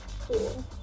Cool